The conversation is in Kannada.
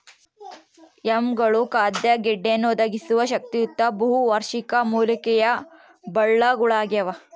ಯಾಮ್ಗಳು ಖಾದ್ಯ ಗೆಡ್ಡೆಯನ್ನು ಒದಗಿಸುವ ಶಕ್ತಿಯುತ ಬಹುವಾರ್ಷಿಕ ಮೂಲಿಕೆಯ ಬಳ್ಳಗುಳಾಗ್ಯವ